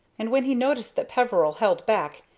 and when he noticed that peveril held back,